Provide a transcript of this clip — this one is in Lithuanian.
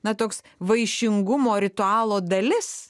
na toks vaišingumo ritualo dalis